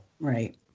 Right